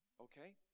Okay